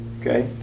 Okay